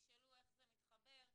תשאלו איך זה מתחבר,